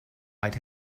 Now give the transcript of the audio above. might